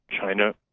China